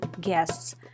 guests